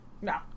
No